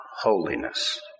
holiness